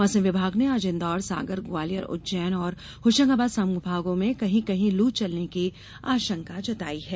मौसम विभाग ने आज इंदौर सागर ग्वालियर उज्जैन और होशंगाबाद संभागों में कहीं कहीं लू चलने की आशंका जताई है